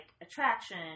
attraction